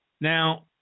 Now